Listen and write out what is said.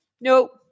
no